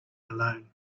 alone